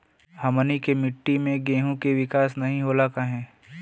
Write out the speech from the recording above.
हमनी के मिट्टी में गेहूँ के विकास नहीं होला काहे?